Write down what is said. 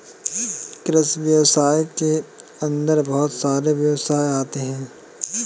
कृषि व्यवसाय के अंदर बहुत सारे व्यवसाय आते है